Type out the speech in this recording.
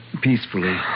peacefully